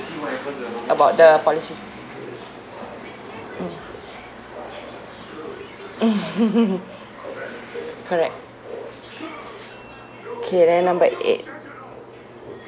about the policy mm correct K then number eight